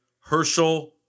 Herschel